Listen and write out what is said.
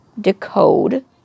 decode